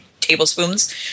tablespoons